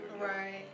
right